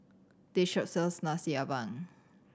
this shop sells Nasi Ambeng